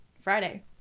Friday